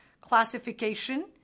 classification